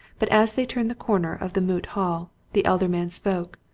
but as they turned the corner of the moot hall, the elder man spoke,